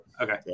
Okay